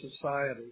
society